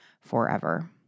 forever